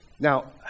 Now